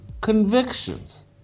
convictions